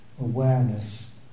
awareness